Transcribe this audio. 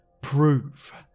prove